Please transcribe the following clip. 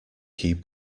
keep